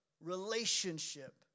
relationship